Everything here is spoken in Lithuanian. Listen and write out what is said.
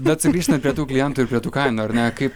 bet sugrįžtant prie tų klientų ir prie tų kainų ar ne kaip